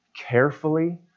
carefully